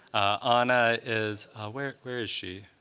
ana is where where is she?